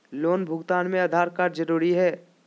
Loan भुगतान में Aadhaar card जरूरी है?